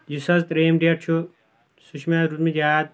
یُس حظ ترٛیُم ڈیٹ چھُ سُہ چھُ مےٚ روٗدمُت یاد